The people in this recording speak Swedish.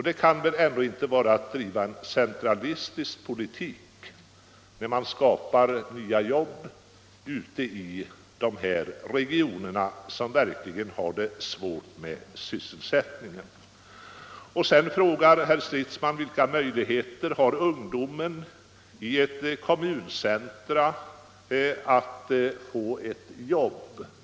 Det kan väl ändå inte vara att driva en centralistisk politik när man skapar nya jobb ute i dessa regioner som verkligen har det svårt med sysselsättningen. Vidare frågar herr Stridsman vilka möjligheter ungdomen i ett kommuncentrum har att få jobb.